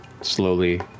slowly